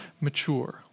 mature